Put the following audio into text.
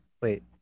Wait